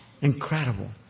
Incredible